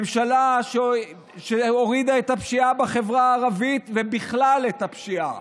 ממשלה שהורידה את הפשיעה בחברה הערבית ובכלל את הפשיעה.